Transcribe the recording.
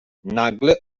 nagle